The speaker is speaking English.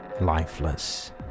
lifeless